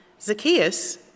Zacchaeus